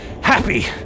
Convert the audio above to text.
happy